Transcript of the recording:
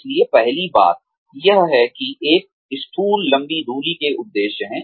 इसलिए पहली बात यह है कि एक स्थूल लंबी दूरी के उद्देश्य है